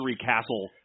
castle